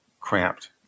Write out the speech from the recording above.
cramped